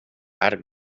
arc